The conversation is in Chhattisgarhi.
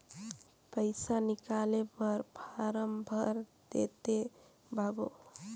पइसा निकाले बर फारम भर देते बाबु?